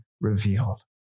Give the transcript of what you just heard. revealed